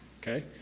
Okay